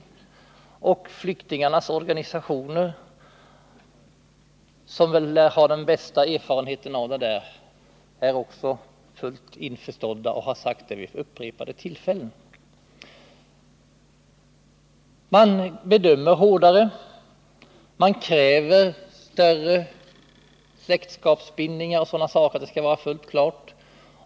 Det anser också flyktingarnas organisationer, som väl lär ha den bästa erfarenheten i denna sak, och de har framhållit detta vid upprepade tillfällen. Man bedömer hårdare, man kräver starkare släktskapsbindningar och sådana saker.